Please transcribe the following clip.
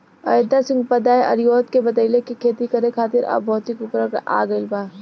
अयोध्या सिंह उपाध्याय हरिऔध के बतइले कि खेती करे खातिर अब भौतिक उपकरण आ गइल बा